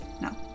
No